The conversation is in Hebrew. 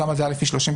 שם זה היה 30 חודשים.